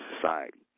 society